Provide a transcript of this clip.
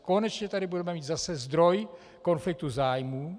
Konečně tady budeme mít zase zdroj konfliktu zájmů.